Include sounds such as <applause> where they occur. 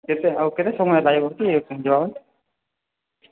କେବେ ଆଉ କେତେ ସମୟ <unintelligible>